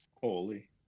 Holy